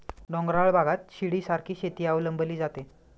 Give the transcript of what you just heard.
डोंगराळ भागात शिडीसारखी शेती अवलंबली जाते